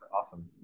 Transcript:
awesome